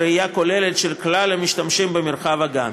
בראייה כוללת של כלל המשתמשים במרחב הגן: